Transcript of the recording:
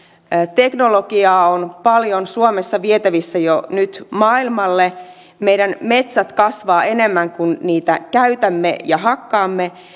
teknologiaa on paljon suomessa vietävissä jo nyt maailmalle meidän metsämme kasvavat enemmän kuin niitä käytämme ja hakkaamme